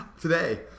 today